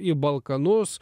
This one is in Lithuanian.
į balkanus